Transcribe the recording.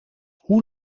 hoe